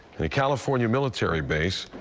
in in california military base,